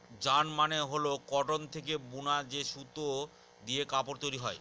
yarn মানে হল cotton থেকে বুনা যে সুতো দিয়ে কাপড় তৈরী হয়